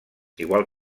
igual